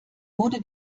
wurde